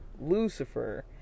Lucifer